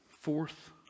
fourth